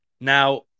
Now